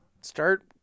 start